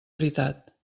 veritat